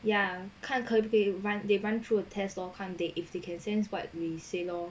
ya 看可不可以 run they run through a test 看 if they can sense what we say lor